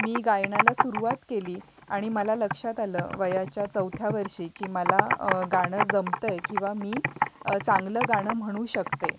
मी गायनाला सुरुवात केली आणि मला लक्षात आलं वयाच्या चौथ्या वर्षी की मला गाणं जमत आहे किंवा मी चांगलं गाणं म्हणू शकते